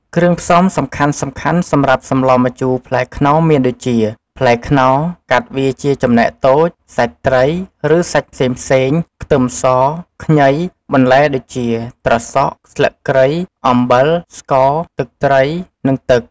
គ្រឿងផ្សំសំខាន់ៗសម្រាប់សម្លរម្ជូរផ្លែខ្នុរមានដូចជា ផ្លែខ្នុរ កាត់វាជាចំណែកតូច សាច់ត្រី ឬសាច់ផ្សេងៗ ខ្ទឹមស ខ្ញី បន្លែដូចជា ត្រសក់ ស្លឹកគ្រៃ អំបិល ស្ករ ទឹកត្រី និង ទឹក។